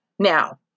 Now